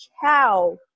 cow